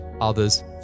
others